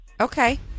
Okay